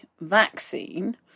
vaccine